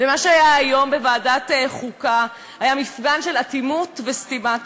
ומה שהיה היום בוועדת החוקה היה מפגן של אטימות וסתימת פיות.